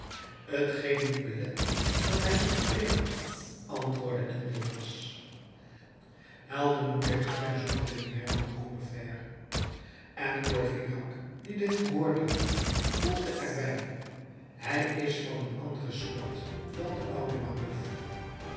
t geen niet belet dat hij ze verdedigt antwoordde enjolras heldenmoed heeft ook zijn zonderlingen hernam combeferre en courfeyrac die dit gehoord had voegde er bij hij is van een andere soort dan de oude mabeuf